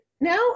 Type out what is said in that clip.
now